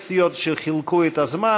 יש סיעות שחילקו את הזמן,